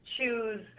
choose